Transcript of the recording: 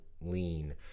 lean